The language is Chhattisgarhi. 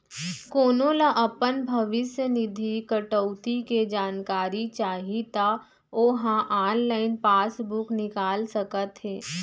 कोनो ल अपन भविस्य निधि कटउती के जानकारी चाही त ओ ह ऑनलाइन पासबूक निकाल सकत हे